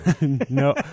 no